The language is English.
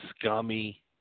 scummy